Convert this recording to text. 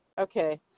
Okay